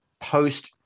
post